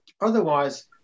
otherwise